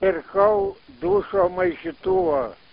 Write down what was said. pirkau dušo maišytuvą